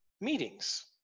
meetings